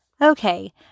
Okay